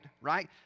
right